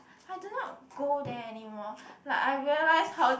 I do not go there anymore like I realise how